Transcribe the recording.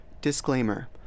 Disclaimer